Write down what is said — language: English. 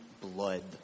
blood